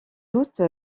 doute